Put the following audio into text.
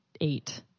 eight